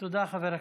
תודה, חבר הכנסת.